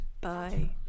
Bye